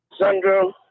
Sandra